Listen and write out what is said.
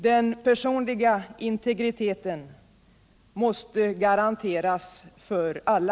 Den personliga integriteten måste garanteras för alla.